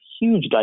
huge